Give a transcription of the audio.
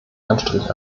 anstrich